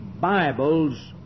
Bible's